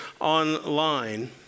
online